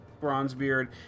Bronzebeard